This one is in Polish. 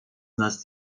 nas